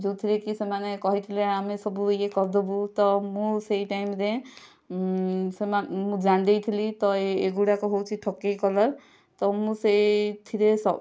ଯେଉଁଥିରେ କି ସେମାନେ କହିଥିଲେ ଆମେ ସବୁ ଇଏ କରିଦବୁ ତ ମୁଁ ସେହି ଟାଇମ୍ ରେ ମୁଁ ଜାଣିଦେଇଥିଲି ତ ଏଗୁଡ଼ାକ ହେଉଛି ଠକେଇ କଲର୍ ତ ମୁଁ ସେଥିରେ ସବୁ